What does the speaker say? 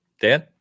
Dan